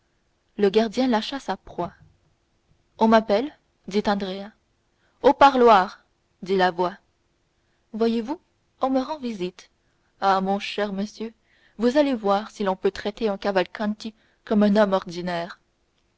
le gardien lâcha sa proie on m'appelle dit andrea au parloir dit la voix voyez-vous on me rend visite ah mon cher monsieur vous allez voir si l'on peut traiter un cavalcanti comme un homme ordinaire